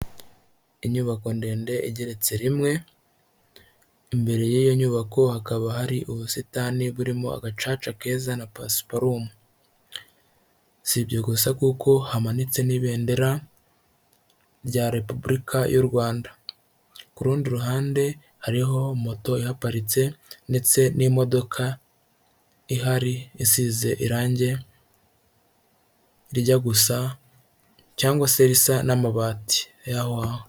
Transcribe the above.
Inyubako ndende igeretse rimwe imbere y'iyo nyubako hakaba hari ubusitani burimo agaca keza pasiparumu, si ibyo gusa kuko hamanitse n'ibendera rya repubulika y'u rwanda ku rundi ruhande hariho moto ihaparitse ndetse n'imodoka ihari isize irangijye rijya gusa cyangwa se risa n'amabati yaho.